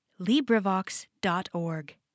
LibriVox.org